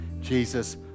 Jesus